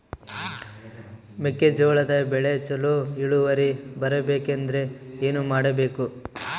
ಮೆಕ್ಕೆಜೋಳದ ಬೆಳೆ ಚೊಲೊ ಇಳುವರಿ ಬರಬೇಕಂದ್ರೆ ಏನು ಮಾಡಬೇಕು?